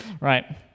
Right